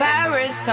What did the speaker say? Paris